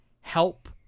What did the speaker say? help